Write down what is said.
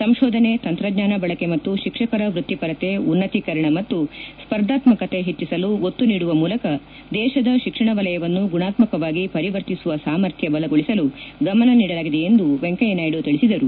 ಸಂಶೋಧನೆ ತಂತ್ರಜ್ಙಾನ ಬಳಕೆ ಮತ್ತು ಶಿಕ್ಷಕರ ವೃತ್ತಿಪರತೆ ಉನ್ನತೀಕರಣ ಮತ್ತು ಸ್ಪರ್ಧಾತ್ಮಕತೆ ಹೆಚ್ಚಿಸಲು ಒತ್ತು ನೀಡುವ ಮೂಲಕ ದೇಶದ ಶಿಕ್ಷಣ ವಲಯವನ್ನು ಗುಣಾತ್ತಕವಾಗಿ ಪರಿವರ್ತಿಸುವ ಸಾಮರ್ಥ್ಲ ಬಲಗೊಳಿಸಲು ಗಮನ ನೀಡಲಾಗಿದೆ ಎಂದು ವೆಂಕಯ್ಲನಾಯ್ಡು ತಿಳಿಸಿದರು